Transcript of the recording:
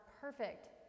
perfect